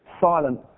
silent